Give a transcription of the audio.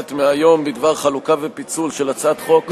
הכנסת מהיום בדבר חלוקה ופיצול של הצעת חוק,